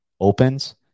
opens